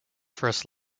first